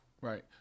Right